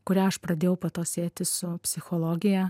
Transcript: kurią aš pradėjau po to sieti su psichologija